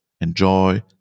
Enjoy